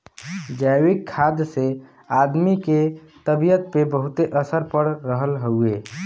जैविक खाद से आदमी के तबियत पे बहुते असर पड़ रहल हउवे